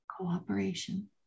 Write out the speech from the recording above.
cooperation